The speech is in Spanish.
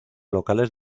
locales